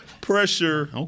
pressure